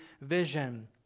vision